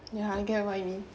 ya I get what you mean